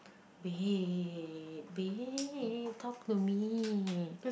babe babe talk to me